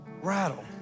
rattle